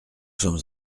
sommes